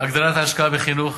הגדלת ההשקעה בחינוך,